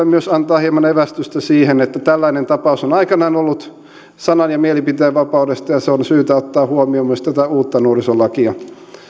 myös antaa hieman evästystä siihen että tällainen tapaus on aikanaan ollut sanan ja mielipiteenvapaudesta ja ja se on syytä ottaa huomioon myös tätä uutta nuorisolakia